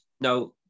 now